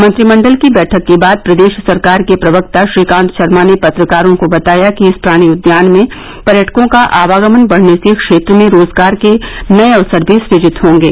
मंत्रिमंडल की बैठक के बाद प्रदेश सरकार के प्रवक्ता श्रीकांत शर्मा ने पत्रकारों को बताया कि इस प्राणि उद्यान में पर्यटकों का आवागमन बढ़ने से क्षेत्र में रोजगार के नए अवसर भी सूजित होंगे